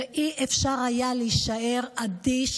ולא היה אפשר להישאר אדיש,